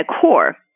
Core